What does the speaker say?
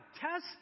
Test